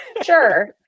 Sure